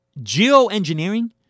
geoengineering